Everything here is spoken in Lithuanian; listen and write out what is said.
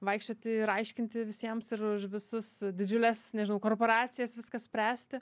vaikščioti ir aiškinti visiems ir už visus didžiules nežinau korporacijas viską spręsti